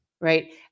Right